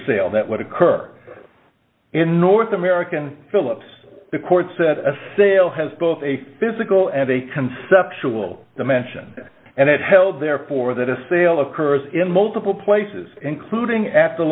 sale that would occur in north american philips the court said a sale has both a physical and a conceptual dimension and it held therefore that a sale occurs in multiple places including a